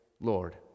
Lord